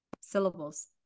syllables